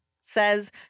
says